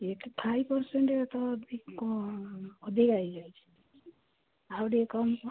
ସେ five percent ତ ଅଧିକା ହେଇଯାଇଛି ଆଉ ଟିକେ କମ୍